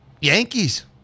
Yankees